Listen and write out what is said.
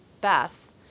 Beth